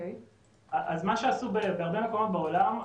מה שעשו בהרבה מקומות בעולם,